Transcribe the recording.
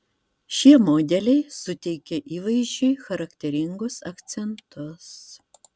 šie modeliai suteikia įvaizdžiui charakteringus akcentus